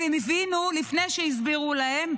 והם הבינו לפני שהסבירו להם,